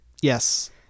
Yes